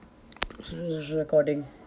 recording